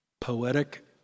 poetic